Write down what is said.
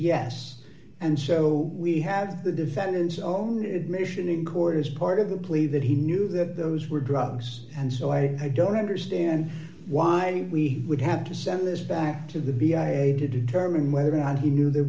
yes and so we have the defendant's own admission in court as part of the plea that he knew that those were drugs and so i don't understand why we would have to send this back to the b i to determine whether or not he knew there